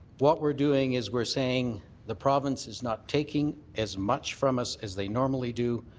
what we're doing is we're saying the province is not taking as much from us as they normally do.